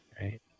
right